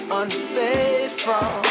unfaithful